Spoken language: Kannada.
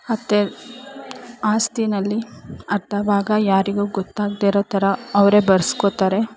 ಅತ್ತೆ ಆಸ್ತಿಯಲ್ಲಿ ಅರ್ಧ ಭಾಗ ಯಾರಿಗೂ ಗೊತ್ತಾಗದೇ ಇರೋ ಥರ ಅವರೇ ಬರೆಸ್ಕೋತಾರೆ